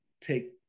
take